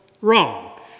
Wrong